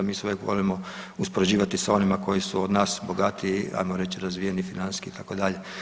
Mi se uvijek volimo uspoređivati sa onima koji su od nas bogatiji hajmo reći razvijeniji financijski itd.